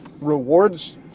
rewards